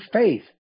faith